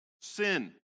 sin